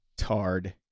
tard